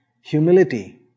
Humility